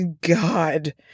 God